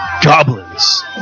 Goblins